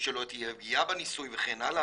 שלא תהיה פגיעה בניסוי וכן הלאה,